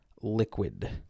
liquid